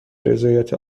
رضایت